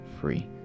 free